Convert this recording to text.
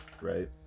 right